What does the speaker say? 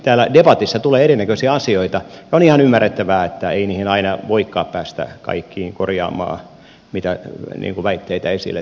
täällä debatissa tulee erinäisiä asioita ja on ihan ymmärrettävää että ei aina voikaan päästä kaikkia korjaamaan mitä väitteitä esille tulee